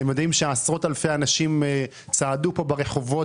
אתם יודעים שעשרות אלפי אנשים צעדו פה ברחובות